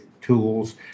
tools